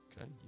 Okay